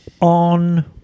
on